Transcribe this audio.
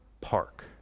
park